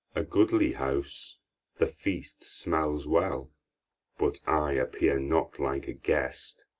a goodly house the feast smells well but i appear not like a guest.